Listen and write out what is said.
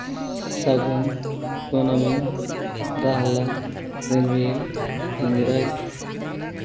ᱥᱟᱹᱜᱩᱱ ᱠᱩᱱᱟᱹᱢᱤ ᱨᱟᱦᱞᱟ ᱨᱤᱢᱤᱞ ᱥᱤᱝᱨᱟᱹᱭ